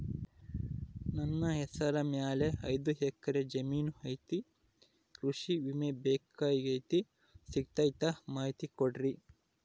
ನನ್ನ ಹೆಸರ ಮ್ಯಾಲೆ ಐದು ಎಕರೆ ಜಮೇನು ಐತಿ ಕೃಷಿ ವಿಮೆ ಬೇಕಾಗೈತಿ ಸಿಗ್ತೈತಾ ಮಾಹಿತಿ ಕೊಡ್ರಿ?